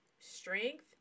strength